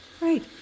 Right